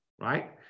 right